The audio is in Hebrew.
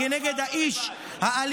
הוא אף פעם לבד.